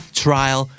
trial